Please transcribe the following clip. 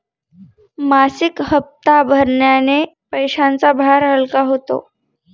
मासिक हप्ता भरण्याने पैशांचा भार हलका होतो